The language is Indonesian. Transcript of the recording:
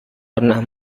pernah